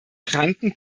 kranken